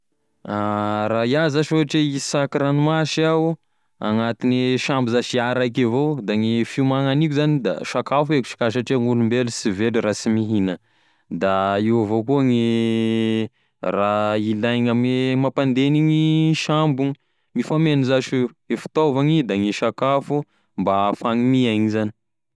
Raha iaho zash ohatry hoe isaky ragnomasy iaho agnatine sambo zash iaho raika avao, da gne fiomana haniko za da sakafo avao satria gn'olombelo sy velo raha sy mihina da eo avao koa gne raha ilaigny ame mampandeha agn'igny sambo igny, mifameno zash io, gne fitaovagny da gne sakafo mba ahafahany miaigny zany.